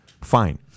Fine